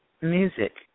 Music